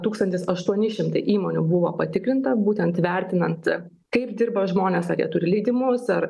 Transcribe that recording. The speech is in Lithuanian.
tūkstantis aštuoni šimtai įmonių buvo patikrinta būtent vertinant kaip dirba žmonės ar jie turi leidimus ar